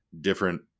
different